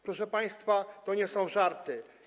Proszę państwa, to nie są żarty.